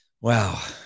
Wow